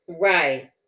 right